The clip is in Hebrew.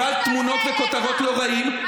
וקיבלת תמונות וכותרות לא רעות,